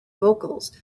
vocals